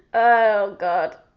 oh god,